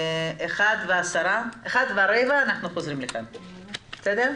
ואז נמשיך בדיון.